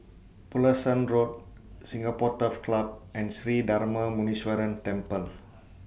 Pulasan Road Singapore Turf Club and Sri Darma Muneeswaran Temple